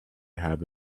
have